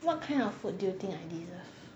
what kind of food do you think I deserve